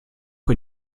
die